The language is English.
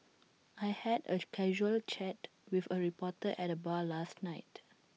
I had A casual chat with A reporter at the bar last night